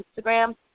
Instagram